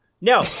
No